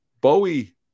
bowie